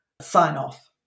sign-off